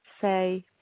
say